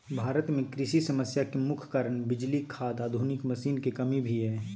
भारत में कृषि समस्या के मुख्य कारण बिजली, खाद, आधुनिक मशीन के कमी भी हय